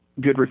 good